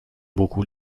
beaucoup